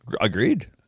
Agreed